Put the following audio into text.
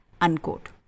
unquote